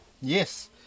Yes